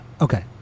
Okay